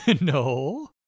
No